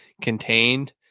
contained